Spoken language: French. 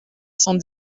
cent